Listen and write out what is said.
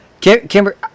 Kimber